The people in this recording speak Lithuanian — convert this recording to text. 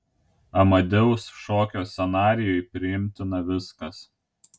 amadeus šokio scenarijui priimtina viskas